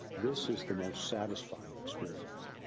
this is the most satisfying experience.